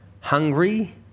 hungry